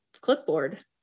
clipboard